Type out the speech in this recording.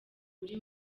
buri